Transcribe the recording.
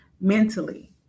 mentally